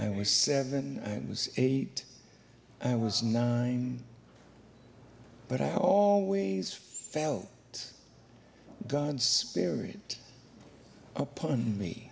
i was seven i was eight i was nine but i always felt god's spirit upon me